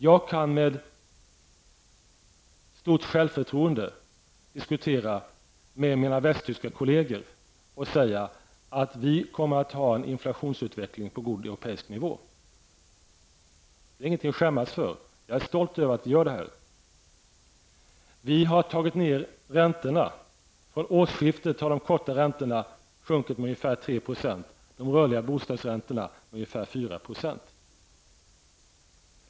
Jag kan med stort självförtroende diskutera med mina västtyska kolleger och säga att vi kommer att ha en inflationsutveckling på god europeisk nivå. Det är ingenting att skämmas för. Jag är stolt över att vi gör det här. Vi har tagit ned räntorna. Från årsskiftet har de korta räntorna sjunkit med ungefär 3 % och de rörliga bostadsräntorna med ungefär 4 %.